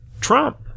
Trump